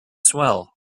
swell